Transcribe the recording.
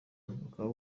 bakaba